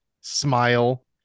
Smile